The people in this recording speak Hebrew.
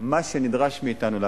מה שנדרש מאתנו לעשות.